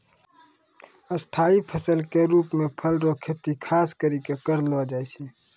स्थाई फसल के रुप मे फल रो खेती खास करि कै करलो जाय छै